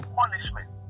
punishment